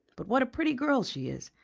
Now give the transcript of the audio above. but what a pretty girl she is!